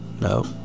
No